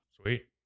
Sweet